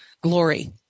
glory